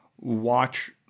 watch